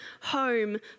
home